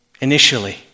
initially